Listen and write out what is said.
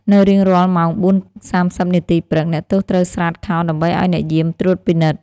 នៅរៀងរាល់ម៉ោង ៤:៣០ នាទីព្រឹក អ្នកទោសត្រូវស្រាតខោដើម្បីឱ្យអ្នកយាមត្រួតពិនិត្យ។